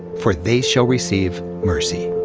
for they shall receive mercy.